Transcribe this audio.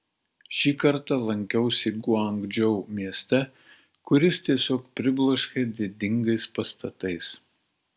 šį kartą lankiausi guangdžou mieste kuris tiesiog pribloškė didingais pastatais